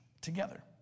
together